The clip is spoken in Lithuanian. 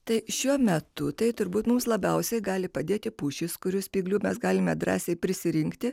tai šiuo metu tai turbūt mums labiausiai gali padėti pušys kurių spyglių mes galime drąsiai prisirinkti